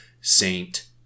Saint